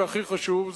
והכי חשוב,